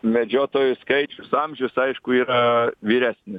medžiotojų skaičius amžius aišku yra vyresni